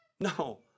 No